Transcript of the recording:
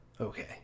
okay